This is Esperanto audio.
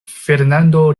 fernando